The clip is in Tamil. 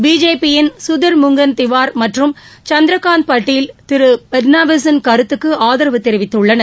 பிஜேபியின் குதிர் முங்கன் திவார் மற்றும் சந்திரகாந்த் பட்டீல் திரு பட்நாவிஸின் கருத்துக்கு ஆதரவு தெரிவித்துள்ளனர்